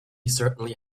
certainly